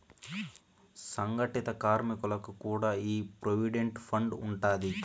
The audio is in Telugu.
సంగటిత కార్మికులకి కూడా ఈ ప్రోవిడెంట్ ఫండ్ ఉండాది